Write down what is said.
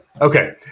Okay